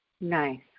Nice